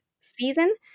season